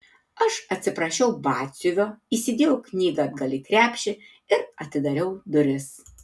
aš atsiprašiau batsiuvio įsidėjau knygą atgal į krepšį ir atidariau duris